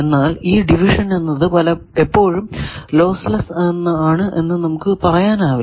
എന്നാൽ ഈ ഡിവിഷൻ എന്നത് എപ്പോഴും ലോസ് ലെസ്സ് ആണ് എന്ന് നമുക്ക് പറയാനാകില്ല